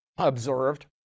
observed